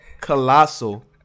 colossal